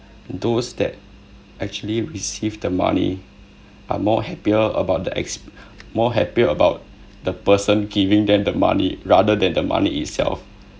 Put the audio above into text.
those that actually receive the money are more happier about the ex~ more happier about the person giving them the money rather than the money itself